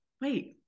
wait